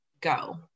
go